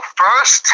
first